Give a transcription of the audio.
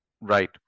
Right